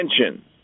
attention